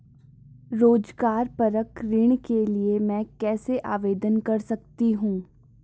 रोज़गार परक ऋण के लिए मैं कैसे आवेदन कर सकतीं हूँ?